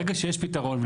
ברגע שיש פתרון,